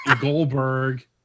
Goldberg